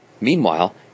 Meanwhile